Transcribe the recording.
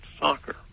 soccer